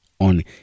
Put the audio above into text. On